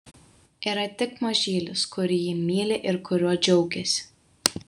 yra tik mažylis kurį ji myli ir kuriuo džiaugiasi